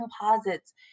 composites